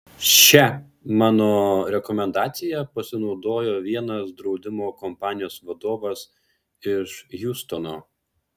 šia mano rekomendacija pasinaudojo vienas draudimo kompanijos vadovas iš hjustono